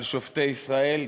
על שופטי ישראל.